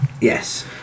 Yes